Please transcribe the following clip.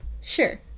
Sure